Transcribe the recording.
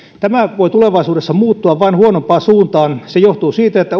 tämä voi tulevaisuudessa muuttua vain huonompaan suuntaan se johtuu siitä että